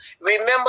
Remember